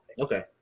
okay